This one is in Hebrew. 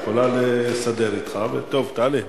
היא יכולה לסדר אתך, טוב, תעלה.